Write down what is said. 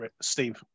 Steve